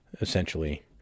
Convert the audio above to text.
essentially